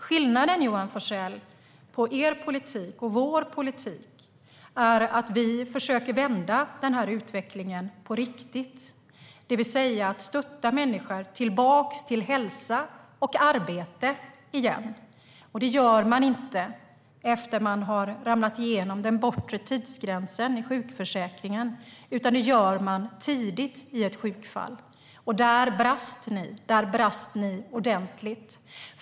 Skillnaden, Johan Forssell, mellan er politik och vår politik är att vi försöker vända den här utvecklingen på riktigt, det vill säga stötta människor tillbaka till hälsa och arbete igen, och det gör man inte när människor har ramlat igenom den bortre tidsgränsen i sjukförsäkringen, utan det gör man tidigt i ett sjukfall. Där brast ni ordentligt.